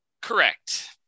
correct